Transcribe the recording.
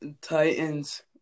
Titans